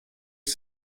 que